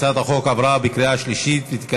הצעת החוק עברה בקריאה שלישית,